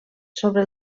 sobre